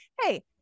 Hey